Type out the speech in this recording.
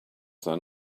then